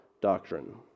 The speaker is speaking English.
doctrine